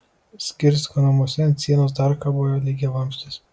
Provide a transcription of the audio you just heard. zgirsko namuose ant sienos dar kabojo lygiavamzdis